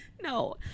no